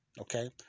okay